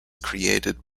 created